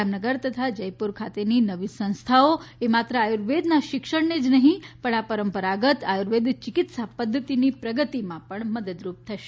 જામનગર તથા જયપુર ખાતેની નવી સંસ્થાઓ એ માત્ર આર્યુર્વેદનાં શિક્ષણને જ નહિં પણ આ પરંપરાગત આર્યુર્વેદ ચિકિત્સા પધ્ધતિની પ્રગતિમાં મદદરૂપ થશે